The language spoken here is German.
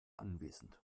anwesend